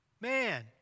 man